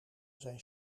zijn